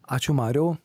ačiū mariau